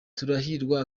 turahirwa